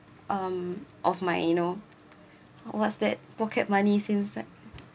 um of my you know what's that pocket money since like